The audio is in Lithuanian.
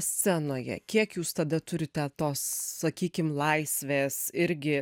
scenoje kiek jūs tada turite tos sakykim laisvės irgi